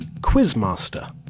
Quizmaster